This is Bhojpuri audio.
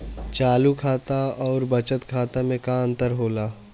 चालू खाता अउर बचत खाता मे का अंतर होला?